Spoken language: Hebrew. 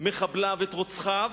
מחבליו ואת רוצחיו,